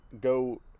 go